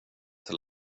till